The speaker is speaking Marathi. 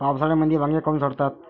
पावसाळ्यामंदी वांगे काऊन सडतात?